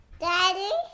Daddy